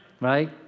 right